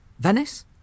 Venice